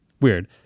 Weird